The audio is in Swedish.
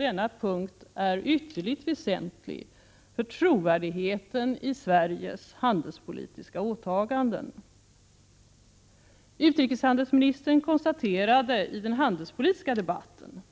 1986/87:129 denna punkt är ytterligt väsentlig för trovärdigheten i Sveriges handelspoli 22 maj 1987 tiska åtaganden. Utrikeshandelsministern konstaterade i den handelspolitiska debatten